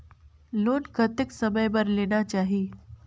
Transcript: Loan कतेक समय बर लेना चाही?